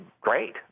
great